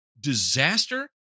disaster